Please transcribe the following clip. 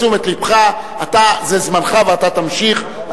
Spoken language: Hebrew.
הפניתי את תשומת לבך, זה זמנך ואתה תמשיך.